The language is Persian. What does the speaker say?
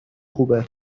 خوبه